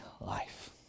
life